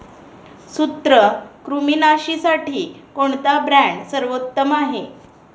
सूत्रकृमिनाशीसाठी कोणता ब्रँड सर्वोत्तम आहे?